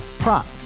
Prop